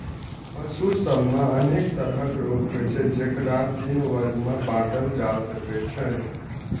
पशु सभ मे अनेक तरहक रोग होइ छै, जेकरा तीन वर्ग मे बांटल जा सकै छै